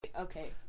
Okay